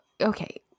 Okay